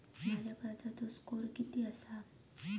माझ्या कर्जाचो स्कोअर किती आसा?